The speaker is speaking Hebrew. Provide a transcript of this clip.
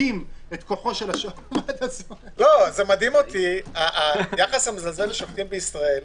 מחזקים את כוחו של השופט- - מדהים אותי היחס המזלזל לשופטים בישראל.